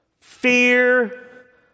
fear